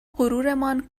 غرورمان